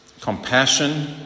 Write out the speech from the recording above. Compassion